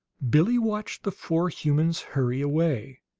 billie watched the four humans hurry away,